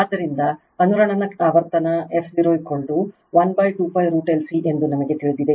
ಆದ್ದರಿಂದ ಅನುರಣನ ಆವರ್ತನ f012π √LC ಎಂದು ನಮಗೆ ತಿಳಿದಿದೆ